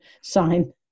sign